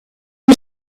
you